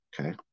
okay